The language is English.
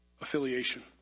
affiliation